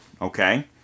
okay